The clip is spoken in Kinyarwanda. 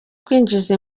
kwinjiza